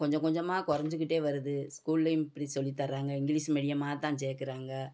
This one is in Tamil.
கொஞ்சம் கொஞ்சமாக கொறைஞ்சிக்கிட்டே வருது ஸ்கூல்லேயும் இப்படி சொல்லித் தர்றாங்க இங்கிலீஸ் மீடியமாக தான் சேக்கிறாங்க